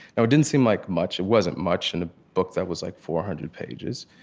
now it didn't seem like much. it wasn't much in a book that was like four hundred pages.